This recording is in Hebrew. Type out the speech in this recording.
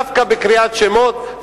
דווקא בקריאת שמות?